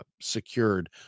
secured